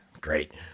great